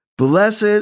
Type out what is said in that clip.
Blessed